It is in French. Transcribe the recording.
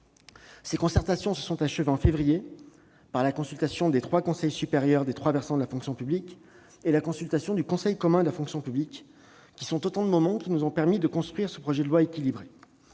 Ces concertations, qui se sont achevées en février par la consultation des conseils supérieurs des trois versants de la fonction publique et du Conseil commun de la fonction publique, sont autant de moments qui nous ont permis de construire ce projet de loi équilibré.